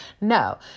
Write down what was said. no